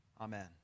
Amen